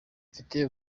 mfite